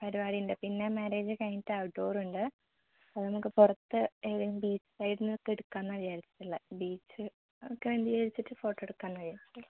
പരിപാടി ഉണ്ട് പിന്നെ മാര്യേജ് കഴിഞ്ഞിട്ട് ഔട്ട്ഡോർ ഉണ്ട് അത് നമുക്ക് പുറത്ത് ഏതെങ്കിലും ബീച്ച് സൈഡിൽനിന്ന് ഒക്കെ എടുക്കാമെന്നാണ് വിചാരിച്ചിട്ടുള്ളത് ബീച്ച് അതൊക്കെ മുന്നിൽ വെച്ചിട്ട് ഫോട്ടോ എടുക്കാമെന്നാണ് വിചാരിച്ചിട്ടുള്ളത്